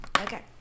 Okay